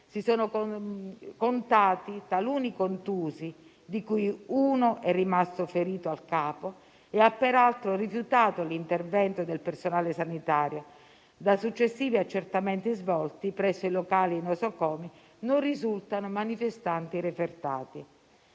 si sono contati taluni contusi, di cui uno è rimasto ferito al capo e ha peraltro rifiutato l'intervento del personale sanitario. Da successivi accertamenti svolti presso i locali nosocomi, non risultano manifestanti refertati.